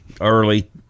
Early